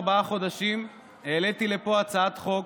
ארבעה חודשים העליתי לפה הצעת חוק